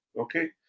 Okay